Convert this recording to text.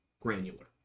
granular